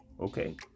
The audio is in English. Okay